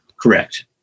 Correct